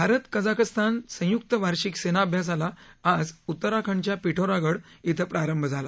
Bharat Kazakhstan संय्क्त वार्षिक सेनाभ्यासाला आज उत्तराखंडच्या पिठोरागड इथं प्रारंभ झाला